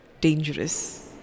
dangerous